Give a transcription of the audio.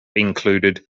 included